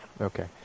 Okay